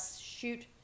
shoot